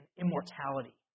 immortality